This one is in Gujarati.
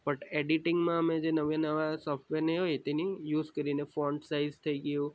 બટ એડિટિંગમાં અમે જે નવા નવા સોફ્ટવેર ને હોય તેની યુઝ કરીને ફોન્ટ સાઈઝ થઈ ગયું